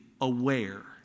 aware